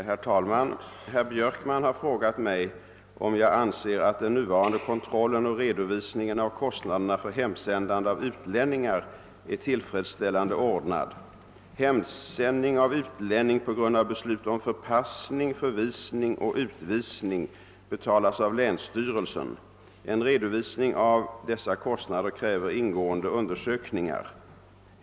Herr talman! Herr Björkman har frågat mig, om jag anser att den nuvarande kontrollen och redovisningen av kostnaderna för hemsändande av utlänningar är tillfredsställande ordnad. Hemsändning av utlänning på grund av beslut om förpassning, förvisning och utvisning betalas av länsstyrelsen. En redovisning av dessa kostnader kräver ingående undersökningar.